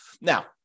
Now